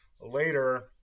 later